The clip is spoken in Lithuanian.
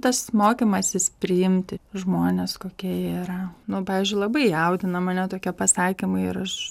tas mokymasis priimti žmones kokie jie yra nu pavyzdžiui labai jaudina mane tokie pasakymai ir aš